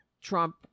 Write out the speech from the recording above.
Trump